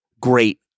great